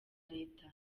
leta